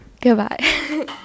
Goodbye